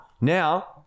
Now